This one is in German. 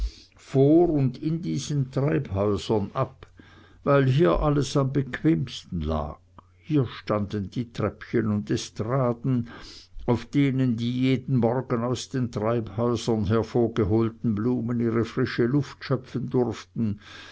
vor und in diesen treibhäusern ab weil hier alles am bequemsten lag hier standen die treppchen und estraden auf denen die jeden morgen aus den treibhäusern hervorgeholten blumen ihre frische luft schöpfen durften